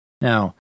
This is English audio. Now